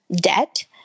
debt